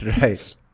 right